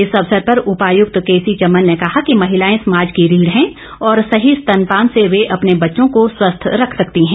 इस अवसर पर उपायक्त केसी चमन ने कहा कि महिलाए समाज की रीढ हैं और सही स्तनपान से वे अपने बच्चों को स्वस्थ्य रख सकती हैं